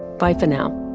bye for now